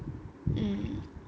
mm